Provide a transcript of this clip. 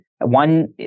One